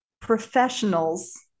professionals